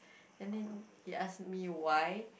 and then he ask me why